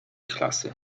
klasy